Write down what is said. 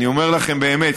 אני אומר לכן באמת,